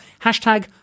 Hashtag